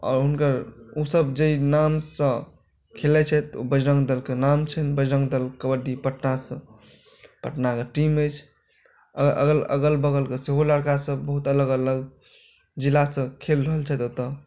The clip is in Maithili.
आओर हुनकर ओसभ जाहि नामसँ खेलैत छथि ओ बजरङ्ग दलके नाम छैन्ह बजरङ्ग दल कबड्डी पटनासँ पटनाके टीम अछि अग अगल बगलके सेहो लड़कासभ बहुत अलग अलग जिलासँ खेल रहल छथि एतय